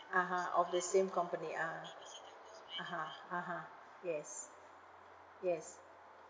(uh huh) of the same company ah (uh huh) (uh huh) yes yes